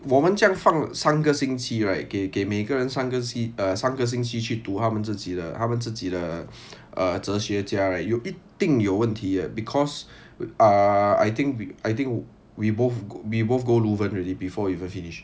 我们这样放三个星期 right 给给每个人三个期 uh 三个星期去读他们自己的他们自己的 uh 哲学家 right 有一定有问题的 because uh I think we I think we both we both go leuven already before even finish